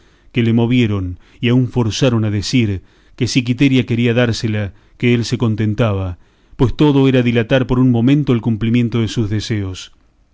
que le movieron y aun forzaron a decir que si quiteria quería dársela que él se contentaba pues todo era dilatar por un momento el cumplimiento de sus deseos